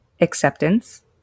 acceptance